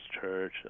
church